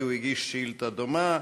כי הוא הגיש שאילתה דומה,